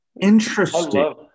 Interesting